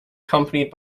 accompanied